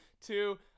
Two